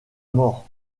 mort